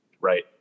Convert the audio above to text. Right